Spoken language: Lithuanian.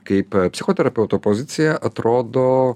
kaip psichoterapeuto pozicija atrodo